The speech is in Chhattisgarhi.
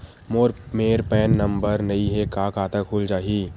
मोर मेर पैन नंबर नई हे का खाता खुल जाही?